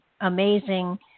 amazing